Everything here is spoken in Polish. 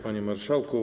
Panie Marszałku!